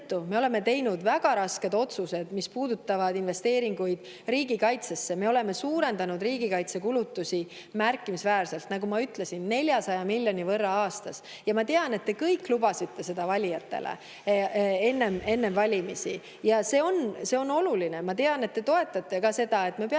oleme teinud väga rasked otsused, mis puudutavad investeeringuid riigikaitsesse, me oleme märkimisväärselt suurendanud riigikaitsekulutusi, nagu ma ütlesin, 400 miljoni euro võrra aastas. Ma tean, et te kõik lubasite seda valijatele enne valimisi. See on oluline. Ma tean, et te toetate ka seda, et me peame